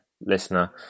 listener